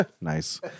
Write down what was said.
nice